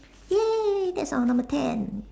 ya that's our number ten